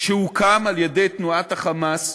שהוקם על-ידי תנועת ה"חמאס"